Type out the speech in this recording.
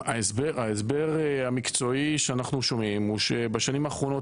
ההסבר המקצועי שאנחנו שומעים הוא שבשנים האחרונות